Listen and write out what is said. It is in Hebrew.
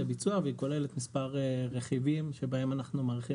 והיא כוללת מספר רכיבים שבהם אנחנו מעריכים